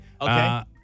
Okay